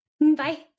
Bye